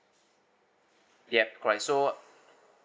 yup correct so